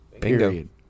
Period